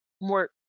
more